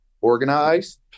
organized